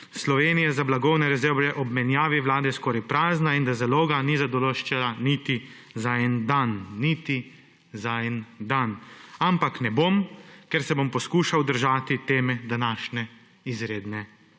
Slovenije za blagovne rezerve ob menjavi vlade skoraj prazna in da zaloga ni zadoščala niti za en dan. Niti za en dan! Ampak ne bom, ker se bom poskušal držati teme današnje izredne